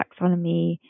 taxonomy